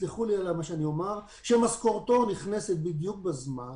ותסלחו לי על מה שאני אומר שמשכורתו נכנסת בדיון בזמן,